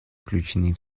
включены